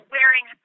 Wearing